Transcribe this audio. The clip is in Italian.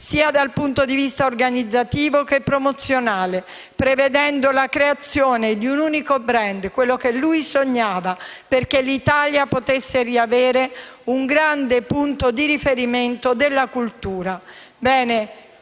sia dal punto di vista organizzativo che promozionale, prevedendo la creazione di un unico *brand*, quello che lui sognava, perché l'Italia potesse riavere un grande punto di riferimento della cultura.